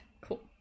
cool